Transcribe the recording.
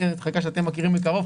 חקיקה שאתם מכירים מקרוב,